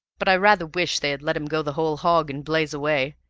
but i rather wish they had let him go the whole hog and blaze away.